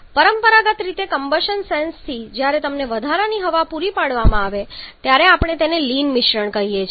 પરંપરાગત રીતે કમ્બશન સેન્સથી જ્યારે તમને વધારાની હવા પૂરી પાડવામાં આવે છે ત્યારે આપણે તેને લીન મિશ્રણ કહીએ છીએ